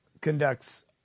conducts